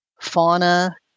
Fauna